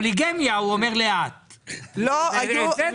פוליגמיה הוא אומר לאט ואת זה צריך להגיד מהר.